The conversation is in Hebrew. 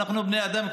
אנחנו בני אדם,